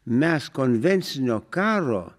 mes konvencinio karo